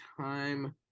time